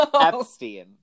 epstein